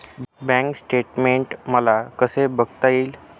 Bank statement मला कसे बघता येईल?